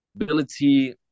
Ability